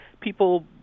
people